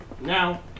Now